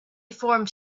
formed